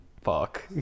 Fuck